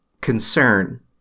concern